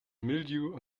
mildew